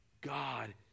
God